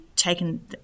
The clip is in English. taken